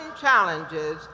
challenges